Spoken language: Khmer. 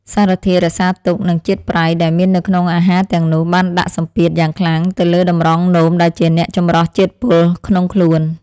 សារធាតុរក្សាទុក និងជាតិប្រៃដែលមាននៅក្នុងអាហារទាំងនោះបានដាក់សម្ពាធយ៉ាងខ្លាំងទៅលើតម្រងនោមដែលជាអ្នកចម្រោះជាតិពុលក្នុងខ្លួន។